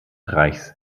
reichs